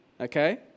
Okay